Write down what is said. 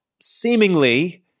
seemingly